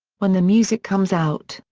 when the music comes out,